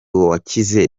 wakize